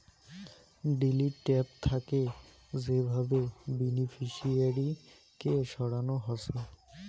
delete tab থাকে যে ভাবে বেনিফিশিয়ারি কে সরানো হসে